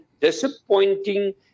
disappointing